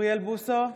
אוריאל בוסו,